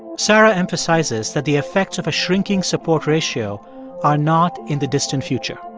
sarah emphasizes that the effects of a shrinking support ratio are not in the distant future